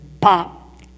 pop